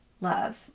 love